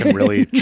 really